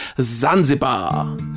Zanzibar